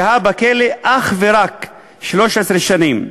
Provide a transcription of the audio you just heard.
שהה בכלא אך ורק 13 שנים.